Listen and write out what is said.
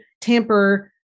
tamper